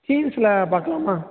ஜீன்ஸில் பார்க்கலாமா